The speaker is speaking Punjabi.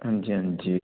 ਹਾਂਜੀ ਹਾਂਜੀ